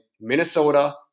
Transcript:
Minnesota